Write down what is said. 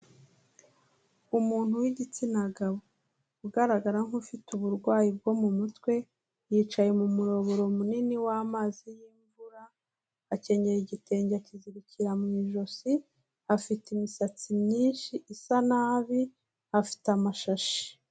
Umuntu w'igitsina gabo ugaragara nk'ufite uburwayi bwo mu mutwe, yicaye mu muyoboro munini w'amazi y'imvura, akenyera igitenge akizirikira mu ijosi, afite imisatsi myinshi isa nabi, afite amashashi.